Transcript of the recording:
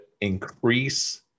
increase